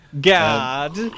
God